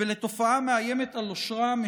ולתופעה המאיימת על אושרם,